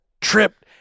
tripped